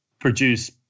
produce